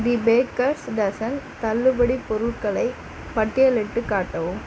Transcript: தி bakers dozen தள்ளுபடிப் பொருட்களை பட்டியலிட்டுக் காட்டவும்